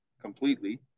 completely